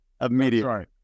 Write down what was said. immediately